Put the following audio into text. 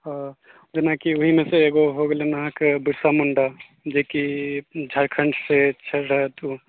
जेनाकि ओहिमेसँ एगो हो गेलनि अहाँके बिरसा मुण्डा जेकि झारखण्डसँ छल रहथि ओ